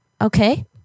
Okay